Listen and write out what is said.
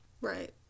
Right